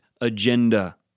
agenda